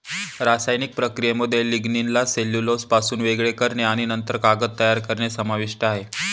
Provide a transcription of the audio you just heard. रासायनिक प्रक्रियेमध्ये लिग्निनला सेल्युलोजपासून वेगळे करणे आणि नंतर कागद तयार करणे समाविष्ट आहे